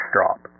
Drop